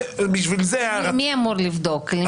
מי אמור לבדוק?